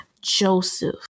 Joseph